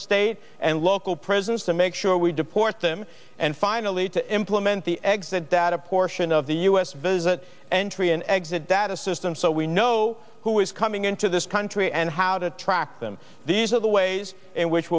state and local presence to make sure we deport them and finally to implement the eggs that data portion of the u s visit entry and exit data system so we know who is coming into this country and how to track them these are the ways in which